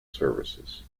services